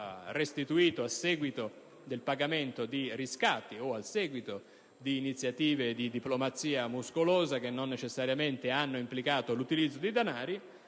restituito a seguito del pagamento di riscatti o di iniziative di diplomazia muscolosa che non necessariamente hanno implicato l'utilizzo di danari,